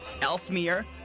Elsmere